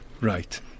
Right